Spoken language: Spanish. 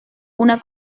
una